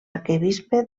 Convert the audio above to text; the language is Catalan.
arquebisbe